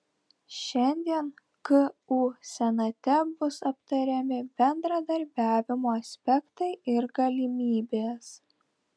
šiandien ku senate bus aptariami bendradarbiavimo aspektai ir galimybės